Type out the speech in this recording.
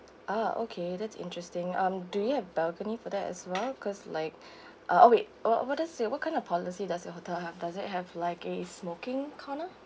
ah okay that's interesting um do you have balcony for that as well cause like uh oh wait uh what does your what kind of policy does your hotel have dose it have like a smoking corner